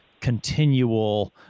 continual